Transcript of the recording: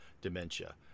dementia